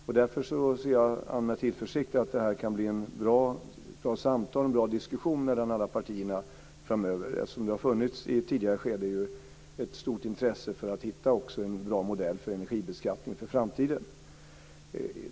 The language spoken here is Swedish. Jag ser med tillförsikt fram emot ett bra samtal och en bra diskussion mellan alla partier framöver, eftersom det i ett tidigare skede har funnits ett stort intresse att hitta en bra modell för energibeskattning för framtiden.